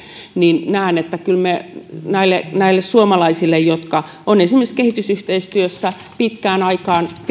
niin näen että kyllä me näille näille suomalaisille jotka ovat esimerkiksi kehitysyhteistyössä ja